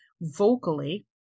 vocally